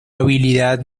habilidad